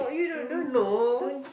no